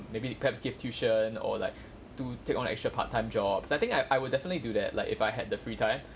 maybe they perhaps give tuition or like to take on extra part-time jobs I think I I would definitely do that like if I had the free time